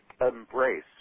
embrace